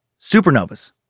supernovas